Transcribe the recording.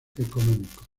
económicos